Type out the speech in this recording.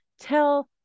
tell